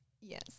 Yes